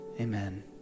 Amen